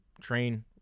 train